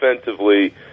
offensively